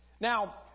Now